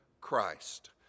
Christ